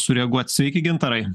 sureaguot sveiki gintarai